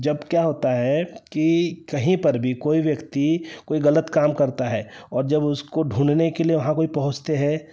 जब क्या होता है कि कहीं पर भी कोई व्यक्ति कोई गलत काम करता है और जब उसको ढूँढने के लिए वहाँ कोई पहुँचते हैं